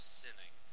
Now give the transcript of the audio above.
sinning